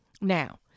Now